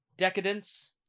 Decadence